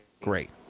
great